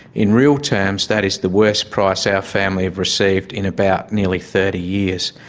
in real terms that is the worst price our family have received in about nearly thirty years.